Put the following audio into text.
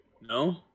no